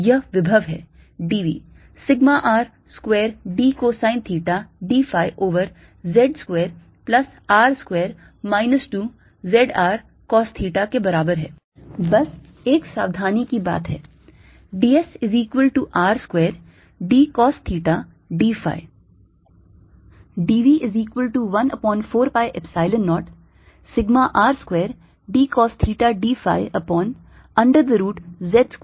यह विभव है d v sigma R square d cosine theta d phi over z square plus R square minus 2 z R cos theta के बराबर है बस एक सावधानी की बात है